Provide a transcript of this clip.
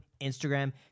instagram